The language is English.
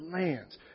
lands